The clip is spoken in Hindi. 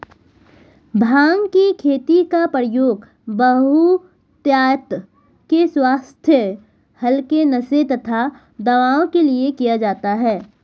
भांग की खेती का प्रयोग बहुतायत से स्वास्थ्य हल्के नशे तथा दवाओं के लिए किया जाता है